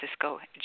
Francisco